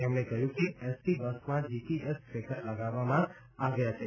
તેમણે કહ્યું કે એસટી બસમાં જીપીએસ ટ્રેકર લગાવવામાં આવ્યા છે